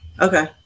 okay